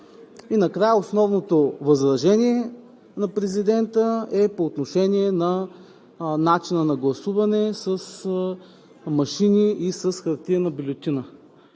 Накрая основното възражение на президента е по отношение на начина на гласуване с машини и с хартиени бюлетини.